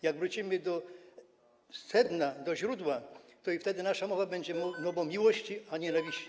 Jak wrócimy do sedna, do źródła, to wtedy nasza mowa będzie mową miłości, a nie nienawiści.